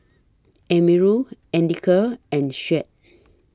Amirul Andika and Syed